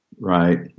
right